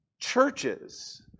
churches